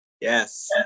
Yes